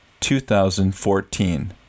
2014